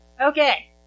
Okay